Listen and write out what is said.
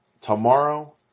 tomorrow